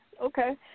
Okay